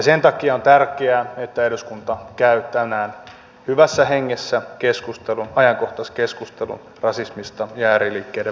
sen takia on tärkeää että eduskunta käy tänään hyvässä hengessä ajankohtaiskeskustelun rasismista ja ääriliikkeiden väkivallasta suomessa